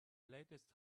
latest